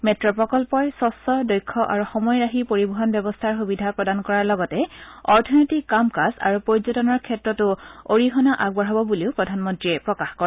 মেট্ প্ৰকল্পই স্বচ্ছ দক্ষ আৰু সময় ৰাহি পৰিৱহন ব্যৱস্থাৰ সুবিধা প্ৰদান কৰাৰ লগতে অৰ্থনৈতিক কাম কাজ আৰু পৰ্যটনৰ ক্ষেত্ৰটো অৰিহণা আগবঢ়াব বুলিও প্ৰধানমন্ত্ৰীয়ে প্ৰকাশ কৰে